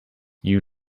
you